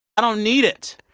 i don't need it.